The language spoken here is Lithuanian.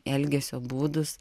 elgesio būdus